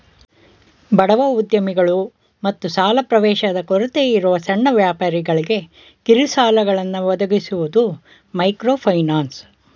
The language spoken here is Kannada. ಬಡವ ಉದ್ಯಮಿಗಳು ಮತ್ತು ಸಾಲ ಪ್ರವೇಶದ ಕೊರತೆಯಿರುವ ಸಣ್ಣ ವ್ಯಾಪಾರಿಗಳ್ಗೆ ಕಿರುಸಾಲಗಳನ್ನ ಒದಗಿಸುವುದು ಮೈಕ್ರೋಫೈನಾನ್ಸ್